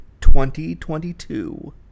2022